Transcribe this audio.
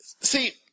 See